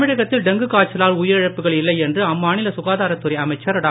தமிழகத்தில் டெங்கு காய்ச்சலால் உயிரிழப்புகள் இல்லை என்று அம்மாநில சுகாதாரத்துறை அமைச்சர் திரு